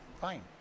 Fine